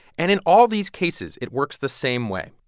and in all these cases, it works the same way.